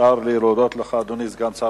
חבר הכנסת עפו אגבאריה שאל את שר